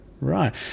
Right